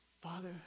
Father